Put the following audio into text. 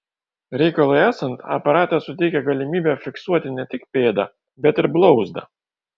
reikalui esant aparatas suteikia galimybę fiksuoti ne tik pėdą bet ir blauzdą